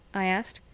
i asked.